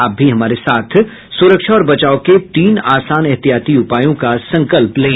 आप भी हमारे साथ सुरक्षा और बचाव के तीन आसान एहतियाती उपायों का संकल्प लें